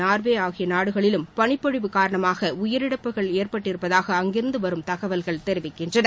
Norway ஆகிய நாடுகளிலும் பனிப்பொழிவு காரணமாக உயிரிழப்புகள் ஏற்பட்டிருப்பதாக அங்கிருந்து வரும் தகவல்கள் தெரிவிக்கின்றன